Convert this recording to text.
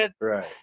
Right